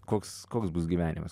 koks koks bus gyvenimas